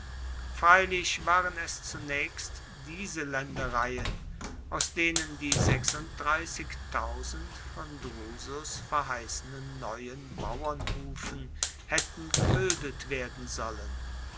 freilich waren es zunächst diese ländereien aus denen die von drusus verheißenen neuen bauernhufen hätten gebildet werden sollen